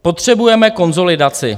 Potřebujeme konsolidaci?